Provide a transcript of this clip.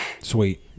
Sweet